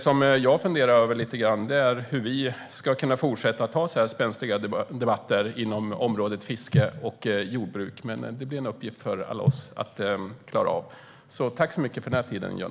Själv funderar jag på hur vi ska kunna fortsätta att ha så här spänstiga debatter inom området fiske och jordbruk. Det får bli en uppgift för oss andra att klara av. Tack, Jan-Olof, för den här tiden!